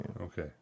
Okay